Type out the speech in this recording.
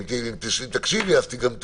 אם תקשיבי אז גם תביני.